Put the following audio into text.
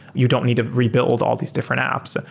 you don't need to rebuild all these different apps.